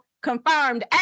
confirmed